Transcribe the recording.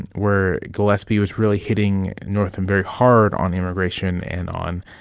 and where gillespie was really hitting northam very hard on immigration and on